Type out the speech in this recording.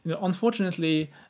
Unfortunately